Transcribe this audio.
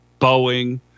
Boeing